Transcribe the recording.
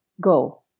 go